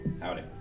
Howdy